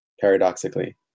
paradoxically